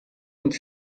und